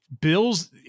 bills